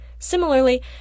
Similarly